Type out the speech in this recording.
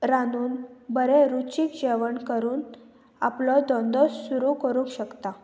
रांदून बरें रुचीक जेवण करून आपलो धंदो सुरू करूंक शकता